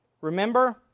remember